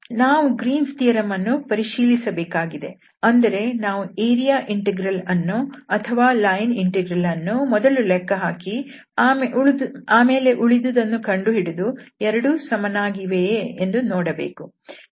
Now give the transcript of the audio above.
ನಾವು Green's theorem Green's theorem ಅನ್ನು ಪರಿಶೀಲಿಸಬೇಕಾಗಿದೆ ಅಂದರೆ ನಾವು ಏರಿಯಾ ಇಂಟೆಗ್ರಲ್ಅನ್ನು ಅಥವಾ ಲೈನ್ ಇಂಟೆಗ್ರಲ್ ಅನ್ನು ಮೊದಲು ಲೆಕ್ಕಹಾಕಿ ಆಮೇಲೆ ಉಳಿದುದನ್ನು ಕಂಡುಹಿಡಿದು ಎರಡೂ ಸಮನಾಗಿವೆಯೇ ಎಂದು ನೋಡಬೇಕು